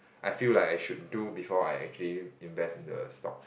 I feel like I should do before I actually invest the stock